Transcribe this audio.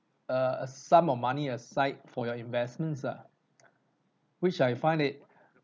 a a sum of money aside for your investments ah which I find it